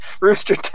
rooster